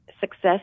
Success